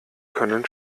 können